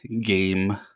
game